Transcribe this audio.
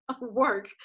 work